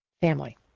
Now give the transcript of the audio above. family